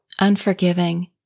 unforgiving